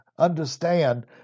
understand